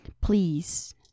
Please